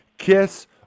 Kiss